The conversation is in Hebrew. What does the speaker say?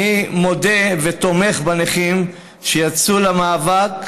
אני מודה ותומך בנכים שיצאו למאבק,